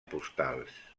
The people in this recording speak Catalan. postals